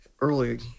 early